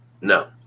no